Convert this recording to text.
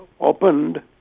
Opened